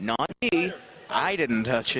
no i didn't touch